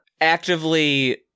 actively